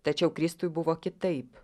tačiau kristui buvo kitaip